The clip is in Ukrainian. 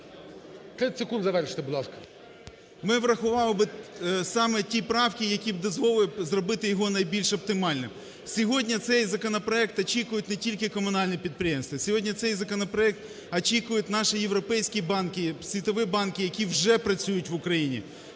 …врахував би саме ті правки, які б дозволили зробити його найбільш оптимальним. Сьогодні цей законопроект очікують не тільки комунальні підприємства, сьогодні цей законопроект очікують наші європейські банки, світові банки, які вже працюють в Україні.